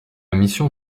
mission